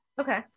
Okay